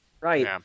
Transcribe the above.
Right